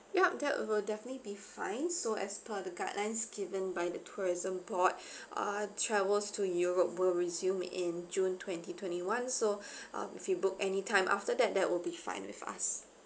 yup that will definitely be fine so as per the guidelines given by the tourism board uh travels to europe will resume in june twenty twenty one so um if you book anytime after that that would be fine with us